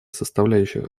составляющих